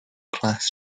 class